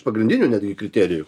pagrindinį netgi kriterijų